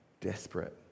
desperate